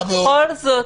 ובכל זאת